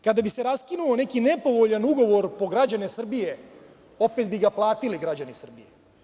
Kada bi se raskinuo neki nepovoljan ugovor po građane Srbije, opet bi ga platili građani Srbije.